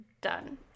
Done